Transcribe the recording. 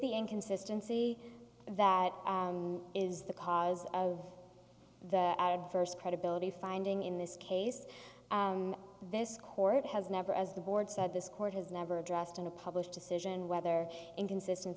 the inconsistency that is the cause of the adverse credibility finding in this case this court has never as the board said this court has never addressed in a published decision whether inconsisten